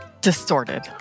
Distorted